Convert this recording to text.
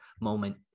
moment